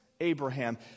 Abraham